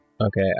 Okay